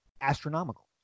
astronomical